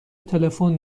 تلفن